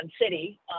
city